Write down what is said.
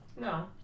No